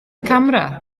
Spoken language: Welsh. camera